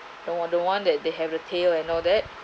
the one the one that they have the tail and all that